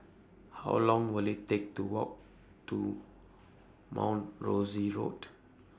How Long Will IT Take to Walk to Mount Rosie Road